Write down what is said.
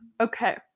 Okay